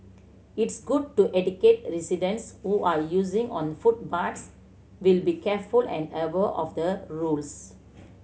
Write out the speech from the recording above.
it's good to educate residents who are using on footpaths will be careful and of the rules